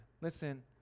Listen